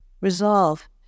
Resolve